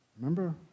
Remember